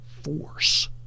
force